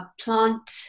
plant